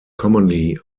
commonly